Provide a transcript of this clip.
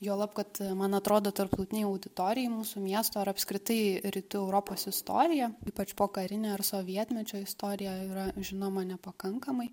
juolab kad man atrodo tarptautinei auditorijai mūsų miesto ir apskritai rytų europos istorija ypač pokarinė ar sovietmečio istorija yra žinoma nepakankamai